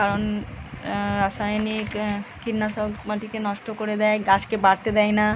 কারণ রাসায়নিক কীটনাশক মাটিকে নষ্ট করে দেয় গাছকে বাড়তে দেয় না